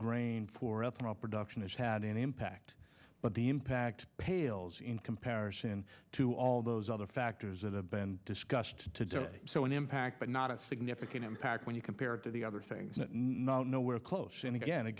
grain for ethanol production has had an impact but the impact pales in comparison to all those other factors that have been discussed to do so an impact but not a significant impact when you compare it to the other things nowhere close and again it